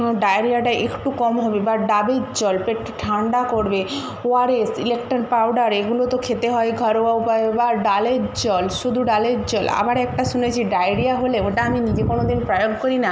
ডায়রিয়াটা একটু কম হবে বা ডাবের জল পেটটা ঠান্ডা করবে ওআরএস ইলেকটন পাউডার এগুলো তো খেতে হয় ঘরোয়া উপায়ে বা ডালের জল শুধু ডালের জল আবার একটা শুনেছি ডায়রিয়া হলে ওটা আমি নিজে কোনো দিন পালন করি না